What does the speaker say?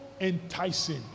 enticing